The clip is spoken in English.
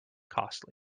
costly